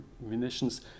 munitions